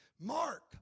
Mark